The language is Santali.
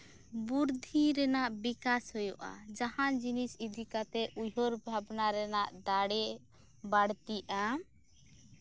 ᱵᱩᱨᱫᱷᱤ ᱨᱮᱱᱟᱜ ᱵᱤᱠᱟᱥ ᱦᱩᱭᱩᱜᱼᱟ ᱡᱟᱸᱦᱟ ᱡᱤᱱᱤᱥ ᱤᱫᱤ ᱠᱟᱛᱮᱫ ᱩᱭᱦᱟᱹᱨ ᱵᱷᱟᱵᱽᱱᱟ ᱨᱮᱱᱟᱜ ᱫᱟᱲᱮ ᱵᱟᱹᱲᱛᱤᱜᱼᱟ